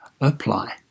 apply